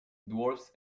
dwarves